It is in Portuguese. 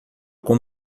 com